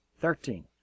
thirteen